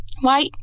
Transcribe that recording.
Why